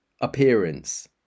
appearance